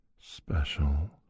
special